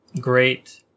great